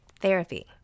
Therapy